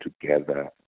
together